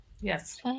Yes